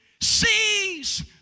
sees